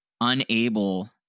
unable